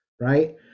right